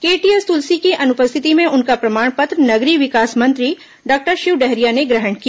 KTS Tulsi की अनुपस्थिति में उनका प्रमाण पत्र नगरीय विकास मंत्री डॉक्टर शिव डहरिया ने ग्रहण किया